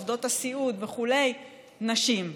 עובדות הסיעוד וכו' נשים.